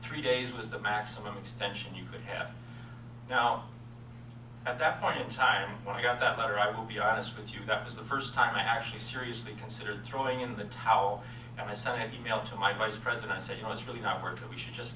three days was the maximum extension you could have now at that point in time when i got that letter i will be honest with you that was the first time i actually seriously considered throwing in the towel and i sent an email to my vice president and said you know it's really not worth it we should just